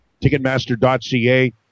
Ticketmaster.ca